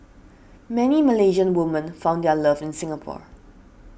many Malaysian women found their love in Singapore